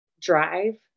drive